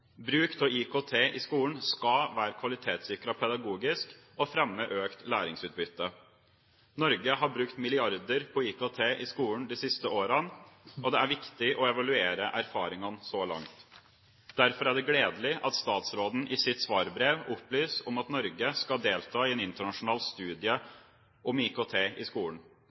Bruk av IKT i skolen skal være kvalitetssikret pedagogisk og fremme økt læringsutbytte. Norge har brukt milliarder på IKT i skolen de siste årene, og det er viktig å evaluere erfaringene så langt. Derfor er det gledelig at statsråden i sitt svarbrev opplyser om at Norge skal delta i en internasjonal studie om IKT i skolen.